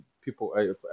people